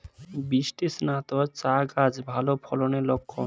বৃষ্টিস্নাত চা গাছ ভালো ফলনের লক্ষন